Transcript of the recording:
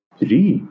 three